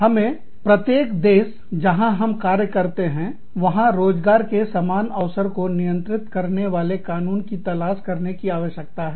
हमें प्रत्येक देश जहां हम कार्य करते हैं वहां रोजगार के समान अवसर को नियंत्रित करने वाले कानून की तलाश करने की आवश्यकता है